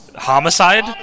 homicide